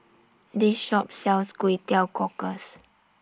This Shop sells Kway Teow Cockles